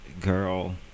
girl